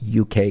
UK